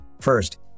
First